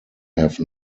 have